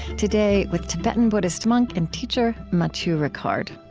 today, with tibetan buddhist monk and teacher matthieu ricard.